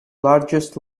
largest